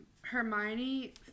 Hermione